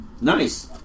nice